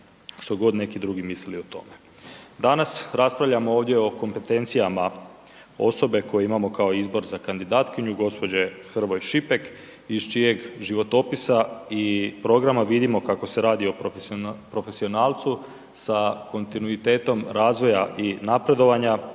što god neki drugi mislili o tome. Danas raspravljamo ovdje o kompetencijama osobe koje imamo kao izbor za kandidatkinju, gđe. Hrvoj Šipek iz čijeg životopisa i programa vidimo kako se radi o profesionalcu sa kontinuitetom razvoja i napredovanja